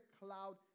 cloud